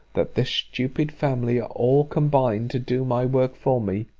that this stupid family are all combined to do my work for me,